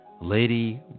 Lady